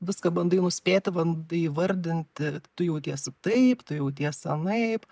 viską bandai nuspėti bandai įvardinti tu jautiesi taip tu jautiesi anaip